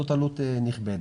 זאת עלות נכבדת.